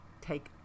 take